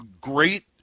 great